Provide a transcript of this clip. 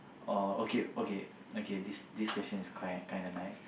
or okay okay okay this this question is quite kind of nice